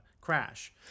Crash